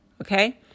Okay